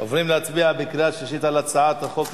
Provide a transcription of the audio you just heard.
תיעשה בשים לב להיערכות המגדלים,